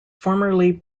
formerly